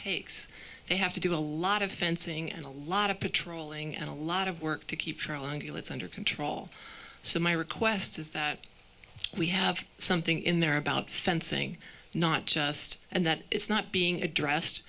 takes they have to do a lot of fencing and a lot of patrolling and a lot of work to keep trying to do it's under control so my request is that we have something in there about fencing not just and that it's not being addressed